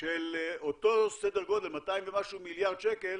של אותו סדר גודל, 200 ומשהו מיליארד שקל